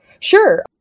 Sure